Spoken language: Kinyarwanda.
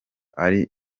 ari